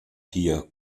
hier